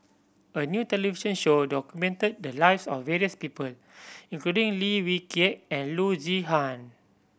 a new television show documented the lives of various people including Lim Wee Kiak and Loo Zihan